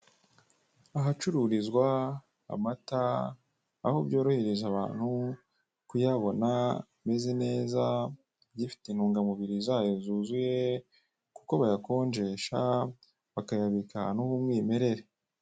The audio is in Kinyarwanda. Ahacururizwa amata aho byorohereza abantu kuyabona, ameze neza agifite intunga mubiri zayo zuzuye kuko bayakonjesha bakayabika ahantu h'umwimerere.